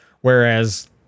Whereas